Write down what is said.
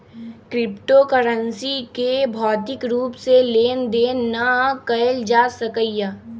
crypto currency के भौतिक रूप से लेन देन न कएल जा सकइय